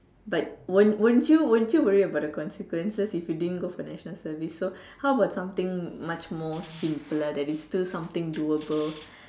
but won't won't you won't you worry about the consequences if you didn't go for national service so how about something much more simpler that it's still something doable